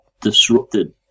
disrupted